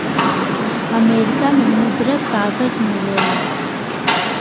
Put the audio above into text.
America में मुद्रक कागज मिलेला